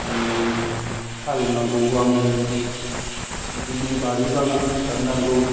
आंनो हालएवनांगौ आंनो बिदिनो बारि बागान फोसाब नांगौ